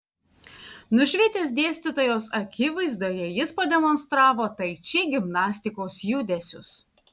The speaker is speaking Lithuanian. nušvitęs dėstytojos akivaizdoje jis pademonstravo tai či gimnastikos judesius